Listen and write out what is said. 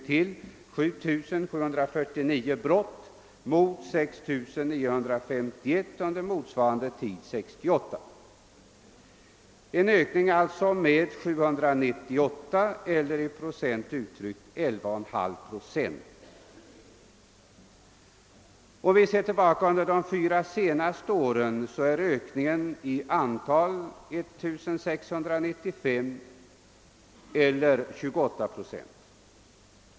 Under motsvarande tid 1968 var antalet 6 951 — det har alltså skett en ökning med 798 fall, eller 11,5 procent. Under de fyra senaste åren kan vi notera en ökning med 1 695 fall eller 28 procent.